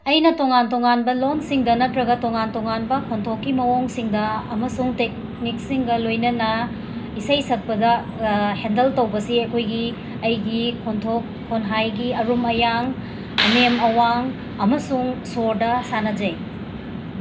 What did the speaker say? ꯑꯩꯅ ꯇꯣꯉꯥꯟ ꯇꯣꯉꯥꯟꯕ ꯂꯣꯟꯁꯤꯡꯗ ꯅꯠꯇ꯭ꯔꯒ ꯇꯣꯉꯥꯟ ꯇꯣꯉꯥꯟꯕ ꯈꯣꯟꯊꯣꯛꯀꯤ ꯃꯑꯣꯡꯁꯤꯡꯗ ꯑꯃꯁꯨꯡ ꯇꯦꯛꯅꯤꯛꯁꯤꯡꯒ ꯂꯣꯏꯅꯅ ꯏꯁꯩ ꯁꯛꯄꯗ ꯍꯦꯟꯗꯜ ꯇꯧꯕꯁꯤ ꯑꯩꯈꯣꯏꯒꯤ ꯑꯩꯒꯤ ꯈꯣꯟꯊꯣꯛ ꯈꯣꯟꯍꯥꯏꯒꯤ ꯑꯔꯨꯝ ꯑꯌꯥꯡ ꯑꯅꯦꯝ ꯑꯋꯥꯡ ꯑꯃꯁꯨꯡ ꯁꯣꯔꯗ ꯁꯥꯟꯅꯖꯩ